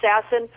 assassin